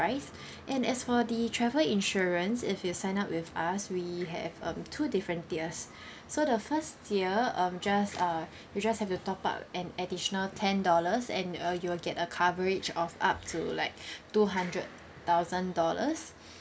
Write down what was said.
price and as for the travel insurance if you sign up with us we have um two different tiers so the first tier um just uh you just have to top up an additional ten dollars and uh you will get a coverage of up to like two hundred thousand dollars